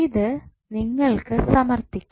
ഇത് നിങ്ങൾക്ക് സമർത്ഥിക്കാം